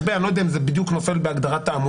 בזה וזה אני לא יודע אם זה בדיוק נופל להגדרת תעמולה,